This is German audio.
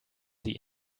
sie